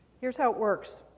here's how it works.